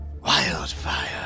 Wildfire